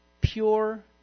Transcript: pure